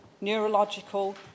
neurological